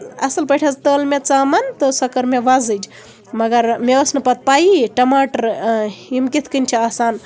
اَصٕل پٲٹھۍ حظ تٔل مےٚ ژامَن تہٕ سۄ کٔر مےٚ وۄزٕجۍ مَگر مےٚ ٲس نہٕ پَتہٕ پَیی ٹَماٹر یِم کِتھ کَنۍ چھِ آسان